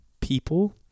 people